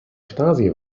stasi